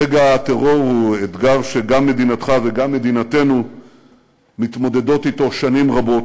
נגע הטרור הוא אתגר שגם מדינתך וגם מדינתנו מתמודדות אתו שנים רבות.